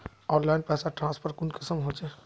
Online पैसा transfer कुंसम होचे?